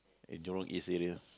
at Jurong-East area